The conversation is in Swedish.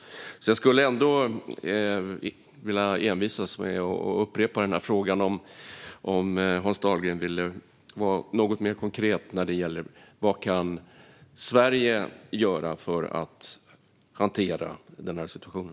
Jag skulle ändå vilja envisas med att upprepa frågan om Hans Dahlgren vill vara något mer konkret när det gäller vad Sverige kan göra för att hantera den här situationen.